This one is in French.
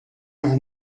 vous